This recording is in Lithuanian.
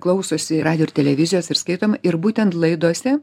klausosi radijo ir televizijos ir skaitom ir būtent laidose